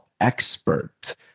expert